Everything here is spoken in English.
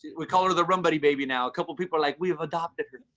we call her the rum buddy baby now, a couple of people like we've adopted her.